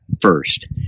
first